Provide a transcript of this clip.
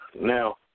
Now